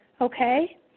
okay